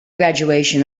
graduation